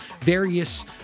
various